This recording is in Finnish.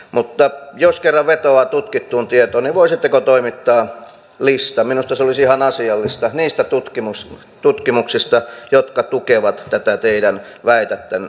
mutta jos kerran vetoaa tutkittuun tietoon niin voisitteko toimittaa listan minusta se olisi ihan asiallista niistä tutkimuksista jotka tukevat tätä teidän väitettänne